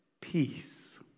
peace